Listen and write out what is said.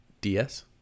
ds